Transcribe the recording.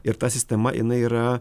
ir ta sistema jinai yra